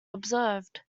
observed